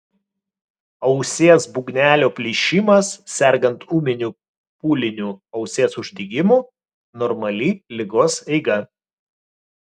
ausies būgnelio plyšimas sergant ūminiu pūliniu ausies uždegimu normali ligos eiga